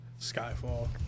Skyfall